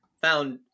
found